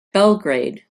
belgrade